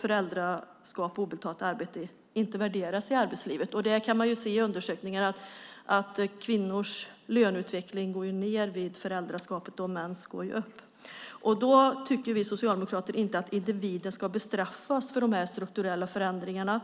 Föräldraskap och obetalt arbete värderas inte i arbetslivet. Man kan se i undersökningar att kvinnors löneutveckling går ned vid föräldraskapet, medan mäns går upp. Vi socialdemokrater tycker att individen inte ska bestraffas för de strukturella förändringarna.